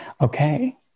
Okay